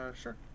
Sure